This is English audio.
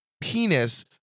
penis